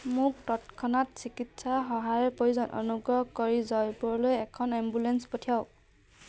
মোক তৎক্ষণাত চিকিৎসা সহায়ৰ প্ৰয়োজন অনুগ্ৰহ কৰি জয়পুৰলৈ এখন এম্বুলেন্স পঠিয়াওক